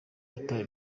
yatawe